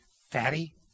fatty